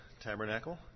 Tabernacle